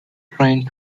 trying